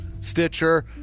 stitcher